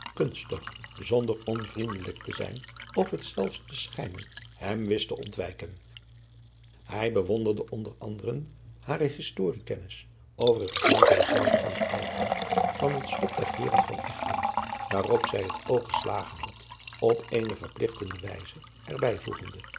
kunstig zonder onvriendelijk te zijn of het zelfs te schijnen hem wist te ontwijken hij bewonderde onder anderen hare historiekennis over het geen zij zeide van de oudheid van het slot der heeren van egmond waarop zij het oog geslagen had op eene verpligtende wijze er